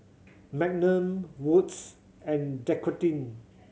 Magnum Wood's and Dequadin